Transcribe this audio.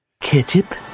Ketchup